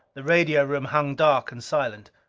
the radio room hung dark and silent.